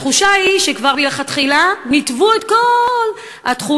התחושה היא שכבר מלכתחילה ניתבו את כל התחומים